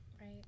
Right